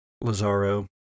Lazaro